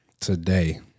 Today